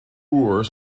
ure